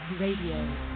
Radio